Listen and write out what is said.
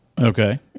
Okay